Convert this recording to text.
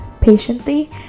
patiently